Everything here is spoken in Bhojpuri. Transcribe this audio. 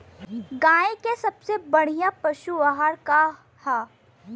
गाय के सबसे बढ़िया पशु आहार का ह?